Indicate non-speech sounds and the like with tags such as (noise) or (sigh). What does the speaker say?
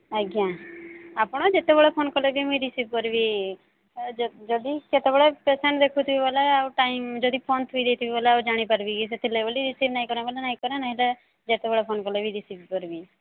ଆଜ୍ଞା ଆପଣ ଯେତେବେଳେ ଫୋନ୍ କଲେ ବି ରିସିଭ୍ କରିବି ଯଦି କେତେବେଳେ ପେସେଣ୍ଟ୍ ଦେଖୁଥିବି ବୋଲେ ଆଉ ଟାଇମ୍ ଫୋନ୍ ଥୋଇ ଦେଇଥିବି ଗଲା ଜାଣିପାରିବି ଆଉ ସେଥିଲାଗି (unintelligible) ଯେତେବେଳେ ଫୋନ୍ କଲେ ରିସିଭ୍ କରିବି